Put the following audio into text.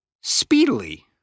Speedily